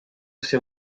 seu